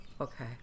okay